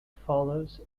follows